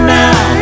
now